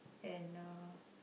and uh